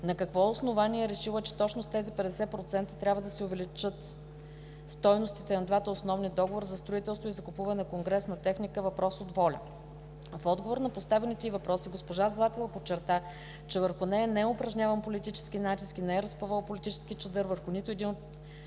на какво основание е решила, че точно с 50% трябва да се увеличи стойността на двата основни договора за строителство и закупуване на конгресна техника? В отговор на поставените й въпроси госпожа Деница Златева подчерта, че върху нея не е упражняван политически натиск и не е разпъвала политически чадър върху нито един член